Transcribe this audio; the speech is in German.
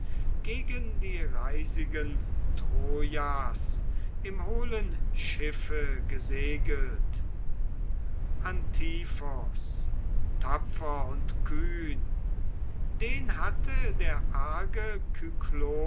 gegen die reisigen trojas im hohlen schiffe gesegelt antiphos tapfer und kühn den hatte der arge